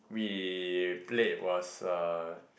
we played was uh